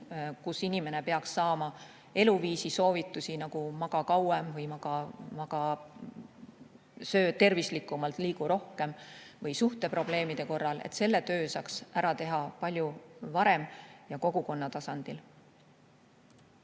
kus inimene peaks saama eluviisi soovitusi, nagu maga kauem, söö tervislikumalt, liigu rohkem, või [nõu] suhteprobleemide korral. Selle töö saaks ära teha palju varem ja kogukonna tasandil.